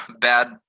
bad